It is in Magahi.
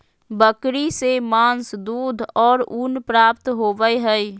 बकरी से मांस, दूध और ऊन प्राप्त होबय हइ